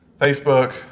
Facebook